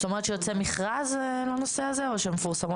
זאת אומרת שיוצא מכרז לנושא הזה, או שזה מפורסם?